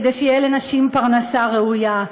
כדי שתהיה לנשים פרנסה ראויה.